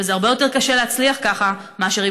וזה הרבה יותר קשה להצליח ככה מאשר אם